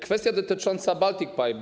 Kwestia dotycząca Baltic Pipe.